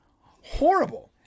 horrible